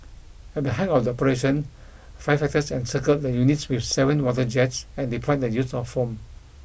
at the height of the operation firefighters encircled the units with seven water jets and deployed the use of foam